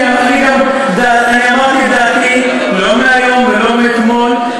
אני אמרתי את דעתי לא מהיום ולא מאתמול,